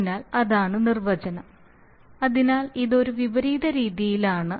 അതിനാൽ അതാണ് നിർവചനം അതിനാൽ ഇത് ഒരു വിപരീത രീതിയിലാണ്